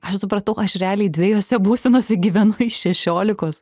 aš supratau aš realiai dviejose būsenose gyvenu iš šešiolikos